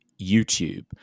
YouTube